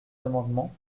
amendements